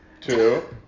Two